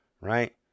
right